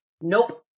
Nope